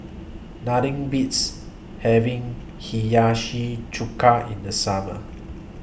Nothing Beats having Hiyashi Chuka in The Summer